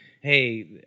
hey